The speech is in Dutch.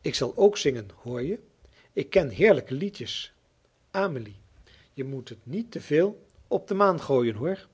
ik zal ook zingen hoorje ik ken heerlijke liedjes amelie je moet het niet te veel op de maan gooien hoor